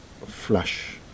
flush